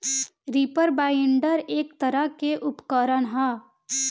reaper binder एक तरह के उपकरण ह